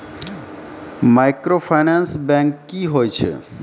Microfinance bank की होय छै?